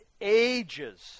ages